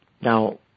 now